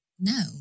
No